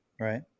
Right